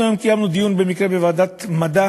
אנחנו היום קיימנו דיון, במקרה, בוועדת המדע